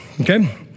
Okay